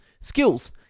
skills